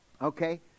Okay